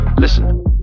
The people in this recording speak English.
listen